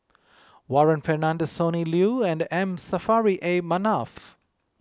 Warren Fernandez Sonny Liew and M Saffri A Manaf